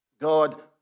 God